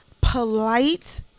polite